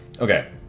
Okay